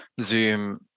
Zoom